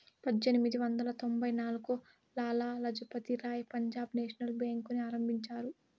పజ్జేనిమిది వందల తొంభై నాల్గులో లాల లజపతి రాయ్ పంజాబ్ నేషనల్ బేంకుని ఆరంభించారు